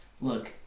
Look